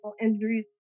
injuries